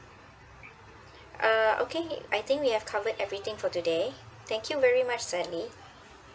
uh okay I think we have covered everything for today thank you very much sally